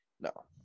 No